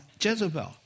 Jezebel